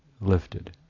lifted